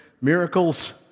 miracles